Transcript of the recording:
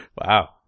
Wow